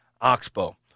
Oxbow